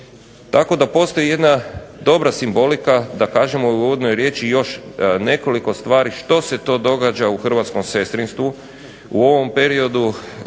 Tako da postoji jedna dobra simbolika da kažemo u uvodnoj riječi još nekoliko stvari što se to događa u hrvatskom sestrinstvu u ovom periodu